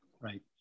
Right